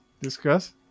discuss